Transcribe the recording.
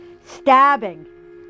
stabbing